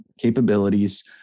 capabilities